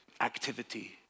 activity